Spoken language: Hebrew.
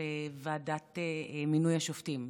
על ועדת מינוי השופטים.